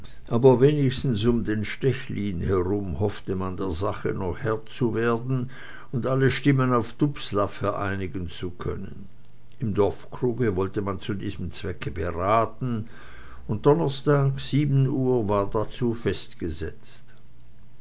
aber wenigstens um den stechlin herum hoffte man der sache noch herr werden und alle stimmen auf dubslav vereinigen zu können im dorfkruge wollte man zu diesem zwecke beraten und donnerstag sieben uhr war dazu festgesetzt